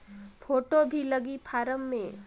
Photo भी लगी form मे?